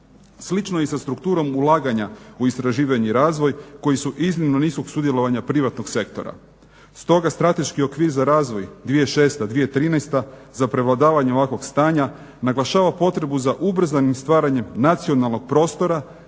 Slično je i sa strukturom ulaganja u istraživanje i razvoj koji su iznimno niskog sudjelovanja privatnog sektora. Stoga strateški okvir za razvoj 2006-2013 za prevladavanje ovakvog stanja naglašava potrebu za ubrzanim stvaranjem nacionalnog prostora